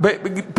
אני מסיים.